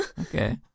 Okay